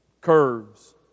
curves